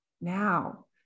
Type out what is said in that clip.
Now